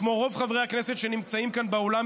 כמו רוב חברי הכנסת שנמצאים כאן באולם,